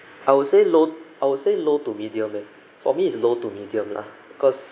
I would say low I would say low to medium leh for me is low to medium lah cause